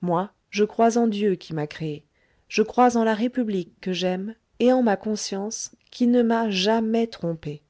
moi je crois en dieu qui m'a créé je crois en la république que j'aime et en ma conscience qui ne m'a jamais trompé